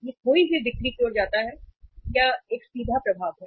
यह खोई हुई बिक्री की ओर जाता है यह एक सीधा प्रभाव है